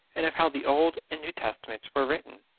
and of how the old and new testaments were written,